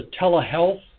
telehealth